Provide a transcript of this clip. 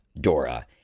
Dora